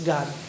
God